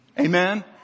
Amen